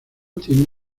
tiene